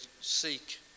Seek